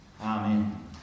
Amen